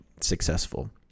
successful